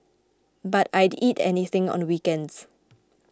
but I'd eat anything on weekends